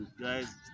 guys